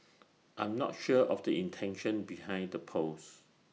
I'm not sure of the intention behind the post